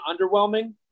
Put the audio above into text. underwhelming